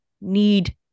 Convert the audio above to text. need